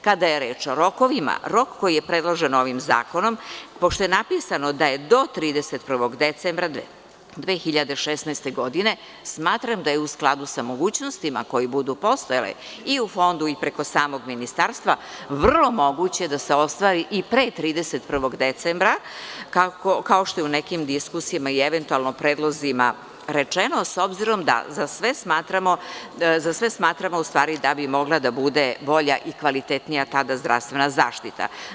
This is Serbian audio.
Kada je reč o roko0vima, rok koji je predložen ovim zakonom, pošto je napisano da je do 31. decembra 2016. godine, smatram da je u skladu sa mogućnostima koje budu postojale i u fondu i preko samog ministarstva, vrlo moguće da se ostvari i pre 31. decembra, kao što je u nekim diskusijama i eventualno predlozima rečeno, s obzirom da za sve smatramo da bi mogla da bude bolja i kvalitetnija tada zdravstvena zaštita.